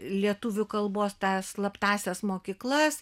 lietuvių kalbos tą slaptąsias mokyklas